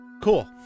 Cool